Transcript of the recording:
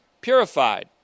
purified